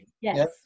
Yes